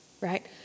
right